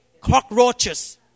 cockroaches